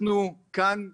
אנחנו כאן באריאל,